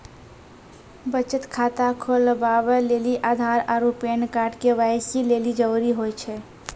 बचत खाता खोलबाबै लेली आधार आरू पैन कार्ड के.वाइ.सी लेली जरूरी होय छै